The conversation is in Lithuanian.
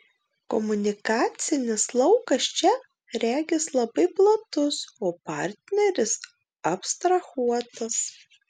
komunikacinis laukas čia regis labai platus o partneris abstrahuotas